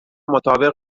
مطابق